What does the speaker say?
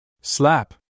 Slap